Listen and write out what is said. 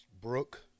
Brooke